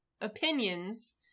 opinions